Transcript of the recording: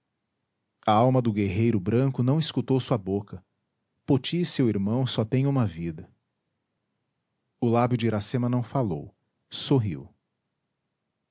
a alma do guerreiro branco não escutou sua boca poti e seu irmão só têm uma vida o lábio de iracema não falou sorriu